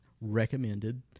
recommended